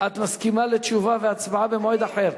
את מסכימה לתשובה והצבעה במועד אחר?